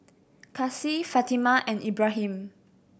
Kasih Fatimah and Ibrahim